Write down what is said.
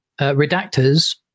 redactors